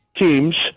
teams